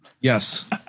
Yes